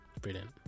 brilliant